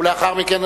ולאחר מכן,